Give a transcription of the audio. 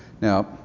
Now